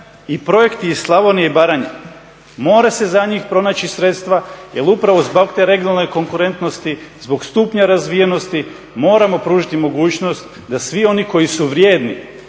i projekti iz Slavonije i Baranje mora se za njih pronaći sredstva jer upravo zbog te regionalne konkurentnosti, zbog stupnja razvijenosti moramo pružiti mogućnost da svi oni koji su vrijedni,